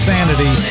Sanity